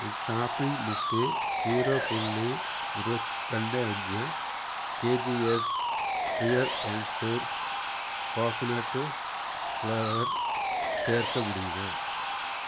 என் shopping லிஸ்டில் zero புள்ளி இருவத் ரெண்டு அஞ்சு KGs pure and sure coconut flavour சேர்க்க முடியுமா